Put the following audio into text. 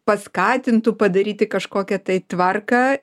paskatintų padaryti kažkokią tai tvarką